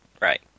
Right